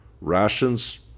Rations